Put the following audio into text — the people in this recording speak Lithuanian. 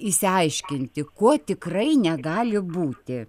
išsiaiškinti kuo tikrai negali būti